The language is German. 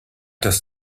das